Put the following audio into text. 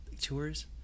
Tours